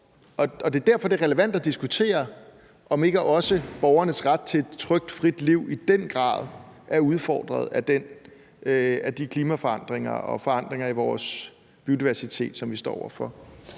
Det er derfor, det er relevant at diskutere, om ikke også borgernes ret til et trygt og frit liv i den grad er udfordret af de klimaforandringer og forandringer i vores biodiversitet, som vi står over for.